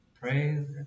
praise